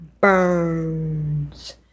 burns